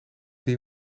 die